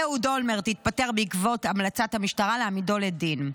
אהוד אולמרט התפטר בעקבות המלצת המשטרה להעמידו לדין.